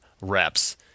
reps